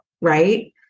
right